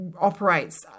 operates